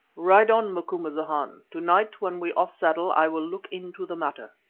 ride on, macumazahn to-night when we off-saddle i will look into the matter.